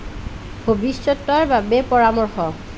ভৱিষ্যতৰ বাবে পৰামৰ্শ